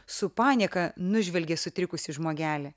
su panieka nužvelgė sutrikusį žmogelį